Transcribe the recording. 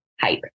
hype